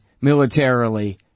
militarily